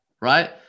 Right